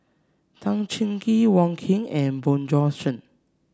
Tan Cheng Kee Wong Keen and Bjorn Shen